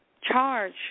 charge